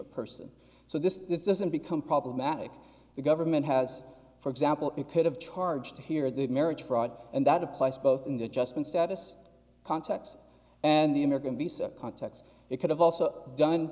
a person so this is doesn't become problematic the government has for example it could have charged here the marriage fraud and that applies both in the adjustment status contacts and the american visa context it could have also done